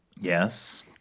yes